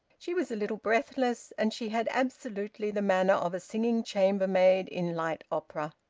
she was a little breathless, and she had absolutely the manner of a singing chambermaid in light opera.